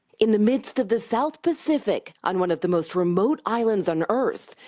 in the midst of the south pacific on one of the most remote islands on earth,